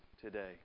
today